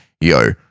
Yo